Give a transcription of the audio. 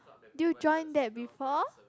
do you join that before